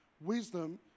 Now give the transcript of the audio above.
Wisdom